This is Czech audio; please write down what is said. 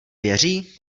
věří